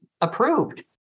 approved